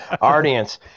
Audience